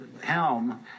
helm